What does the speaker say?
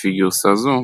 לפי גרסה זו,